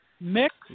mix